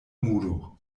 muro